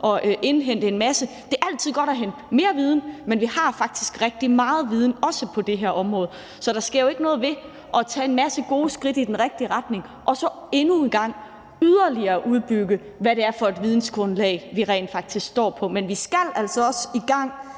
og indhente en masse. Det er altid godt at hente mere viden, men vi har faktisk rigtig meget viden, også på det område. Så der sker jo ikke noget ved at tage en masse gode skridt i den rigtige retning og så endnu en gang yderligere udbygge, hvad det er for et vidensgrundlag, vi rent faktisk står på. Men vi skal altså også i gang